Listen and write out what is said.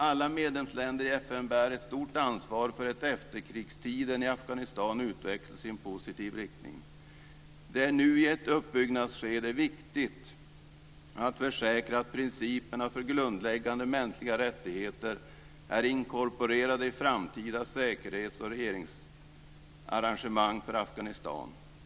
Alla medlemsländer i FN bär ett stort ansvar för att efterkrigstiden i Afghanistan utvecklas i en positiv riktning. Det är nu i ett uppbyggnadsskede viktigt att försäkra att principerna för grundläggande mänskliga rättigheter är inkorporerade i framtida säkerhets och regeringsarrangemang för Afghanistan.